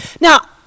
now